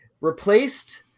replaced